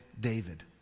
David